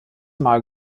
mal